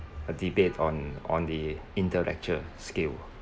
uh debate on on the intellectual skill